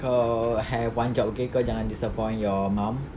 kau have one job okay kau jangan disappoint your mum